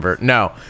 No